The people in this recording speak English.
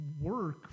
work